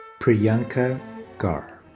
priyanka gaur.